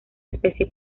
especie